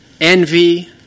envy